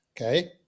okay